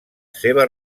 seva